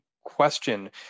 question